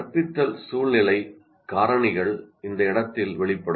கற்பித்தல் சூழ்நிலை காரணிகள் இந்த இடத்தில் வெளிப்படும்